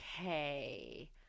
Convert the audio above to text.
Okay